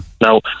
Now